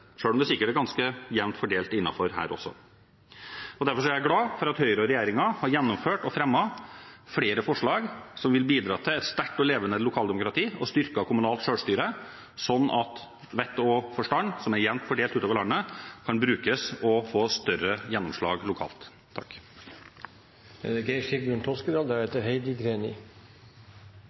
om det sikkert er ganske jevnt fordelt innenfor her også. Derfor er jeg glad for at Høyre og regjeringen har gjennomført og fremmet flere forslag som vil bidra til et sterkt og levende lokaldemokrati og styrket kommunalt selvstyre, slik at vett og forstand – som er jevnt fordelt utover landet – kan brukes og få større gjennomslag lokalt.